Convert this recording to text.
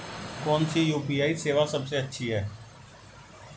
कौन सी यू.पी.आई सेवा सबसे अच्छी है?